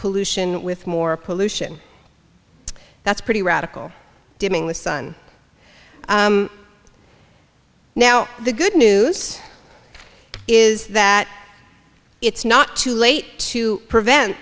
pollution with more pollution that's pretty radical dimming the sun now the good news is that it's not too late to prevent